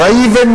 רבותי,